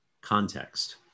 context